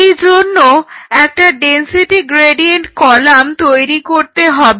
এর জন্য একটা ডেনসিটি গ্রেডিয়েন্ট কলাম তৈরি করতে হবে